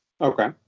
Okay